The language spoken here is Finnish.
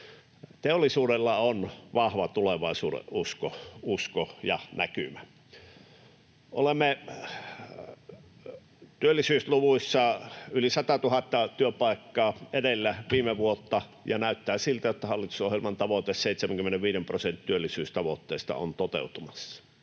Teollisuudella on vahva tulevaisuudenusko ja -näkymä. Olemme työllisyysluvuissa yli 100 000 työpaikkaa edellä viime vuotta, ja näyttää siltä, että hallitusohjelman tavoite 75 prosentin työllisyystavoitteesta on toteutumassa.